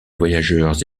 voyageurs